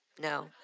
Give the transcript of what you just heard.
No